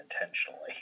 intentionally